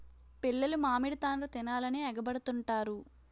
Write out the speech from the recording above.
పిల్లలు మామిడి తాండ్ర తినాలని ఎగబడుతుంటారు